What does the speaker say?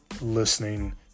listening